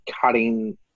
cutting